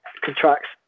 contracts